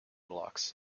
blocks